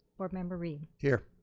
board member reid. here.